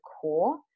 core